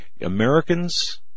Americans